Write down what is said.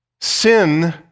sin